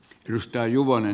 edustaja juvonen